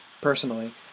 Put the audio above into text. personally